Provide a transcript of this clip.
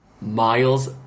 Miles